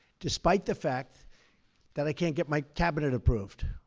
despite the fact that i can't get my cabinet approved,